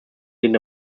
den